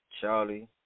Charlie